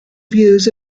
views